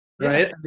Right